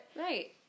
Right